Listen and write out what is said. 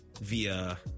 via